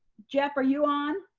jeff, are you on?